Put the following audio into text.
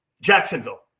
Jacksonville